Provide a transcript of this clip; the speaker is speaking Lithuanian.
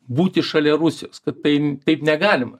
būti šalia rusijos kad tai taip negalima